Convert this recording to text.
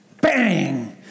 Bang